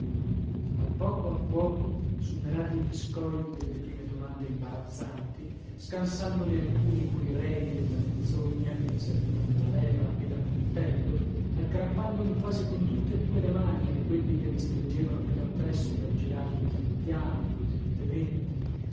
a poco a poco superati gli scogli delle prime domande imbarazzanti scansandone alcuni coi remi della menzogna che mi servivan da leva e da puntello aggrappandomi quasi con tutte e due le mani a quelli che mi stringevano più da presso per girarli pian piano